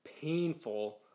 painful